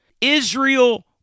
Israel